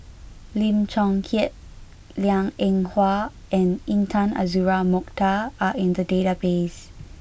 Lim Chong Keat Liang Eng Hwa and Intan Azura Mokhtar are in the database